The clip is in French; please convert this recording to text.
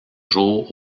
jours